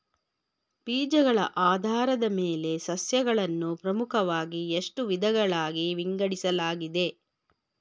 ಬೀಜಗಳ ಆಧಾರದ ಮೇಲೆ ಸಸ್ಯಗಳನ್ನು ಪ್ರಮುಖವಾಗಿ ಎಷ್ಟು ವಿಧಗಳಾಗಿ ವಿಂಗಡಿಸಲಾಗಿದೆ?